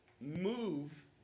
move